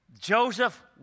Joseph